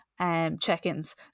check-ins